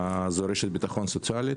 רשת ביטחון סוציאלית,